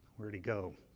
where'd he go?